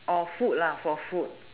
or food lah for food